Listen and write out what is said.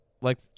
Like-